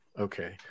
okay